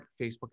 Facebook